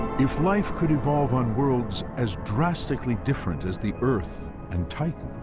if life could evolve on worlds as drastically different as the earth and titan,